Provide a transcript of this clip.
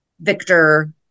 Victor